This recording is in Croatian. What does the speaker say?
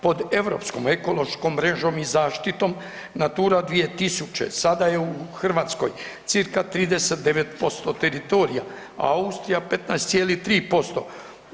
Po europskom ekološkom mrežom i zaštitom Natura 2000 sada je u Hrvatskoj, cca 39% teritorija, a Austrija 15,3%